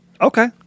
Okay